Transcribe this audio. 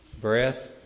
breath